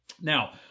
Now